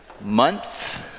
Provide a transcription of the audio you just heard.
Month